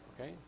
okay